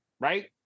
right